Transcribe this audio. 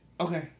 Okay